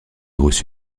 reçu